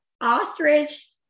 ostrich